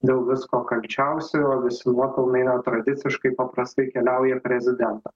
dėl visko kalčiausia o visi nuopelnai na tradiciškai paprastai keliauja į prezidentą